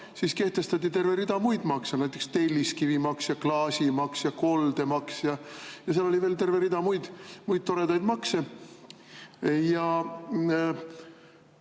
siis kehtestati terve rida muid makse, näiteks telliskivimaks ja klaasimaks ja koldemaks ja seal oli veel terve rida muid toredaid makse. Ja